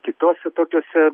kitose tokiuose